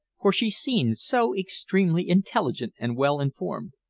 for she seemed so extremely intelligent and well-informed.